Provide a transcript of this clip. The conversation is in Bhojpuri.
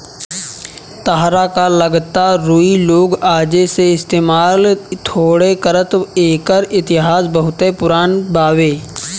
ताहरा का लागता रुई लोग आजे से इस्तमाल थोड़े करता एकर इतिहास बहुते पुरान बावे